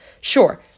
sure